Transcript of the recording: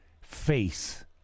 face